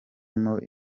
muri